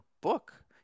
book